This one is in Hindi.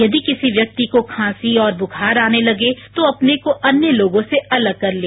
यदि किसी व्यक्ति को खांसी और बुखार आने लगे तो अपने को अन्य लोगों से अलग कर लें